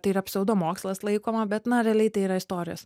tai yra pseudomokslas laikoma bet na realiai tai yra istorijos